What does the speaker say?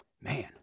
man